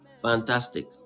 fantastic